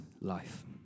life